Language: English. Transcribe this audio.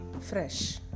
fresh